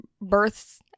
births